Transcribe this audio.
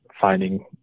finding